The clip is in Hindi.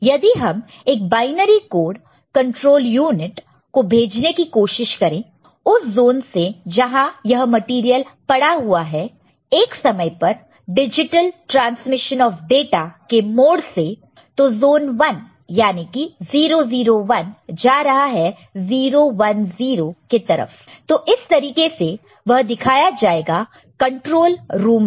यदि हम एक बायनरी कोड कंट्रोल यूनिट को भेजने की कोशिश करें उस ज़ोन से जहां यह मटेरियल पड़ा हुआ है एक समय पर डिजिटल ट्रांसमिशन ऑफ डाटा के मोड से तो ज़ोन 1 याने की 0 0 1 जा रहा है 0 1 0 के तरफ तो इस तरीके से वह दिखाया जाएगा कंट्रोल रूम में